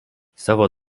savo